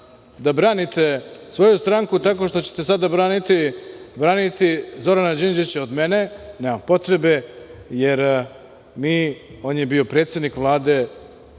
da branite svoju stranku tako što ćete sada braniti Zorana Đinđića od mene, nema potrebe, jer on je bio predsednik Vlade,